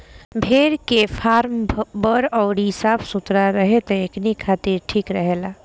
भेड़ के फार्म बड़ अउरी साफ सुथरा रहे त एकनी खातिर ठीक रहेला